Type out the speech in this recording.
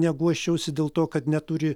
neguosčiausi dėl to kad neturi